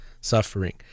suffering